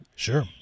Sure